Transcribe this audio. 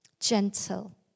gentle